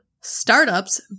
Startups